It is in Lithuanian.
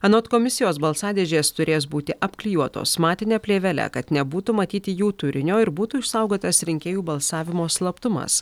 anot komisijos balsadėžės turės būti apklijuotos matine plėvele kad nebūtų matyti jų turinio ir būtų išsaugotas rinkėjų balsavimo slaptumas